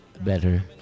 better